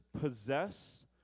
possess